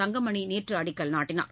தங்கமணி நேற்று அடிக்கல் நாட்டினார்